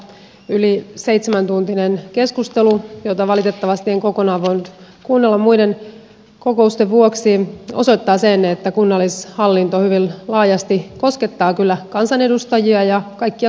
yli seitsemäntuntinen keskustelu jota valitettavasti en kokonaan voinut kuunnella muiden kokousten vuoksi osoittaa sen että kunnallishallinto hyvin laajasti koskettaa kyllä kansanedustajia ja kaikkia suomalaisia